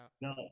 no